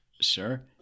Sure